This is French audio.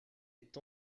est